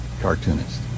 cartoonist